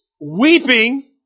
weeping